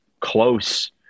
close